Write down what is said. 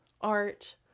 art